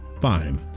fine